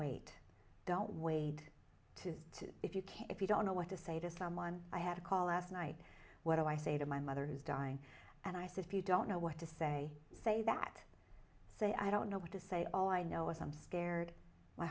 wait don't wade to if you can if you don't know what to say to someone i had a call last night what i say to my mother who's dying and i said if you don't know what to say say that say i don't know what to say all i know is i'm scared my